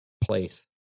place